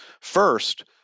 First